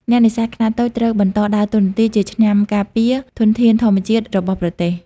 អ្នកនេសាទខ្នាតតូចត្រូវបន្តដើរតួនាទីជា ឆ្មាំការពារ ធនធានធម្មជាតិរបស់ប្រទេស។